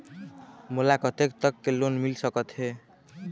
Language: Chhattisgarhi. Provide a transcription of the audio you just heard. मोला कतेक तक के लोन मिल सकत हे?